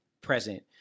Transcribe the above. present